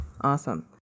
awesome